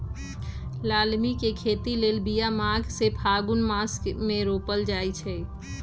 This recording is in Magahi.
लालमि के खेती लेल बिया माघ से फ़ागुन मास मे रोपल जाइ छै